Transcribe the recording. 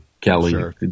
Kelly